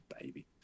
baby